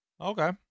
Okay